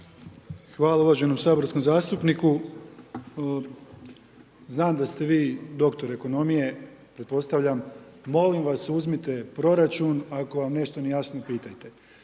Hvala uvaženom saborskom zastupniku. Znam da ste vi doktor ekonomije, pretpostavljam, molim vas, uzmite proračun, ako vam nešto nije jasno, pitajte.